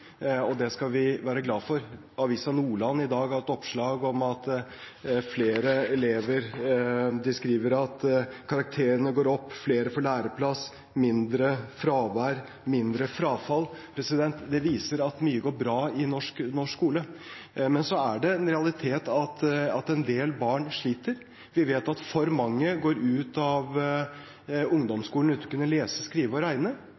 være glade for. Avisa Nordland skriver i dag at karakterene går opp, flere får læreplass, det er mindre fravær og mindre frafall. Det viser at mye går bra i norsk skole. Men så er det en realitet at en del barn sliter. Vi vet at for mange går ut av ungdomsskolen uten å kunne lese, skrive